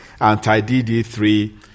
anti-DD3